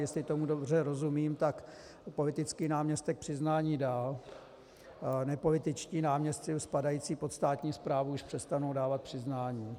Jestli tomu dobře rozumím, tak politický náměstek přiznání dal, nepolitičtí náměstci spadající pod státní správu už přestanou dávat přiznání.